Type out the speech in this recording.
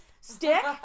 stick